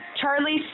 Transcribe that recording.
Charlie